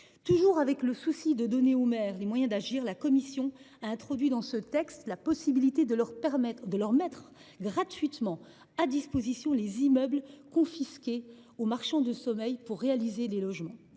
Toujours dans le souci de donner aux maires les moyens d’agir, la commission a introduit dans ce texte la possibilité de mettre gratuitement à leur disposition les immeubles confisqués aux marchands de sommeil pour réaliser des logements.